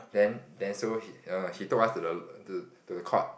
then then so he err he told us to the to the court